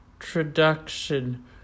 Introduction